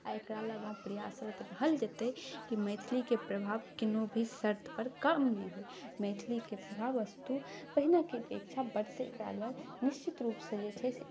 आओर एकरालए प्रयासरत रहल जेतै कि मैथिलीके प्रभाव कोनो भी शर्त पर कम नहि हो मैथिलीके प्रभाव अस्तु पहिनेके अपेक्षा बढ़तै एकरालए निश्चितरूपसँ जे छै से